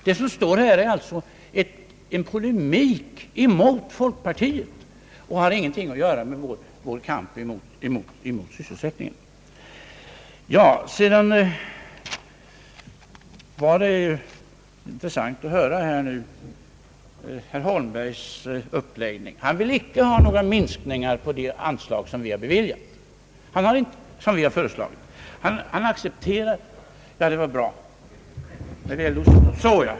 Det som står här är alltså en polemik mot folkpartiet och har ingenting att göra med vår kamp för sysselsättningen. Det var intressant att höra herr Holmbergs uppläggning. Han vill icke ha några minskningar på de anslag som vi har föreslagit. Han accepterar dem. Det var bra!